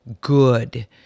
good